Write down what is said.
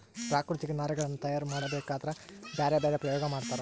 ಪ್ರಾಕೃತಿಕ ನಾರಿನಗುಳ್ನ ತಯಾರ ಮಾಡಬೇಕದ್ರಾ ಬ್ಯರೆ ಬ್ಯರೆ ಪ್ರಯೋಗ ಮಾಡ್ತರ